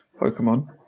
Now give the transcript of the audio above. Pokemon